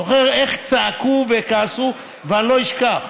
אני זוכר איך צעקו וכעסו, אני לא אשכח.